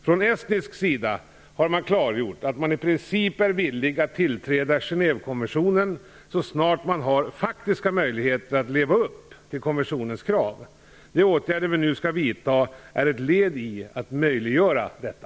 Från estnisk sida har man klargjort att man i princip är villig att tillträda Genèvekonventionen så snart man har faktiska möjligheter att leva upp till konventionens krav. De åtgärder vi nu skall vidta är ett led i att möjliggöra detta.